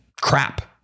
crap